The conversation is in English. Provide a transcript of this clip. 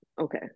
okay